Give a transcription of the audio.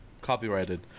copyrighted